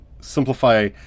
simplify